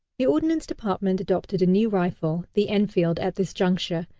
the ordnance department adopted a new rifle, the enfield, at this juncture,